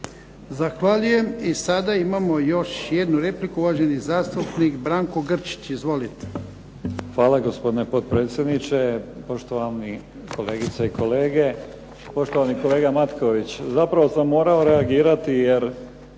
Zahvaljujem. I sada imamo još jednu repliku, uvaženi zastupnik Branko Grčić. Izvolite.